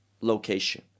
location